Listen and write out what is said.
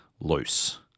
Loose